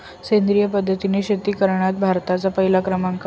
सेंद्रिय पद्धतीने शेती करण्यात भारताचा पहिला क्रमांक आहे